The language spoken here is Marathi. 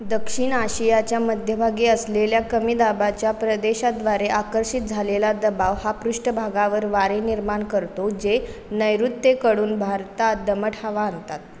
दक्षिण आशियाच्या मध्यभागी असलेल्या कमी दाबाच्या प्रदेशाद्वारे आकर्षित झालेला दबाव हा पृष्ठभागावर वारे निर्माण करतो जे नैऋत्तेकडून भारतात दमट हवा आणतात